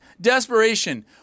desperation